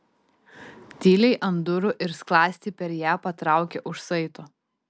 tyliai ant durų ir skląstį per ją patraukė už saito